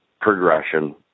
progression